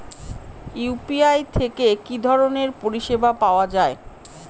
UPI থেকে কি ধরণের পরিষেবা পাওয়া য়ায়?